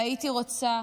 והייתי רוצה